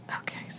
Okay